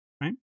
right